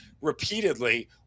repeatedly